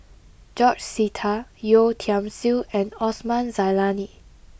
George Sita Yeo Tiam Siew and Osman Zailani